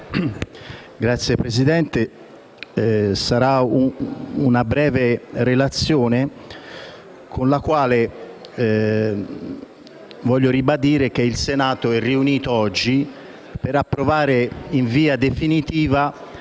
Signor Presidente, farò una breve relazione. Vorrei ribadire che il Senato è riunito oggi per approvare in via definitiva